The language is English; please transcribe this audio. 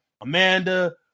Amanda